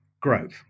growth